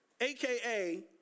AKA